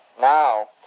Now